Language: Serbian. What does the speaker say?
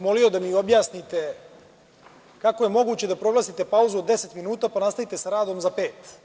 Molio da mi objasnite kako je moguće da proglasite pauzu od deset minuta pa nastavite sa radom za pet?